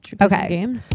Okay